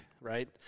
right